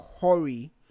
hurry